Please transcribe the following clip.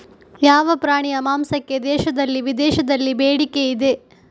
ಯಾವ ಪ್ರಾಣಿಯ ಮಾಂಸಕ್ಕೆ ದೇಶದಲ್ಲಿ ವಿದೇಶದಲ್ಲಿ ಬೇಡಿಕೆ ಇದೆ?